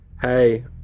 hey